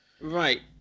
Right